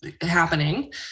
happening